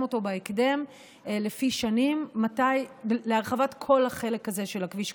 אותו בהקדם לפי שנים להרחבת כל החלק הזה של הכביש,